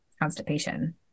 constipation